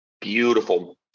beautiful